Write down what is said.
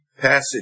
passage